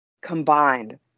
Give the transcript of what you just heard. combined